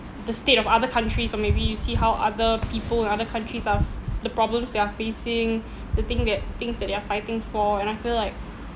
the state of other countries or maybe you see how other people in other countries are the problems they are facing the thing that things that they are fighting for and I feel like